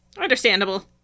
Understandable